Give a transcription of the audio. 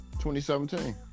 2017